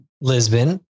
Lisbon